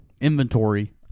inventory